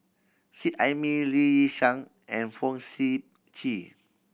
Seet Ai Mee Lee Yi Shyan and Fong Sip Chee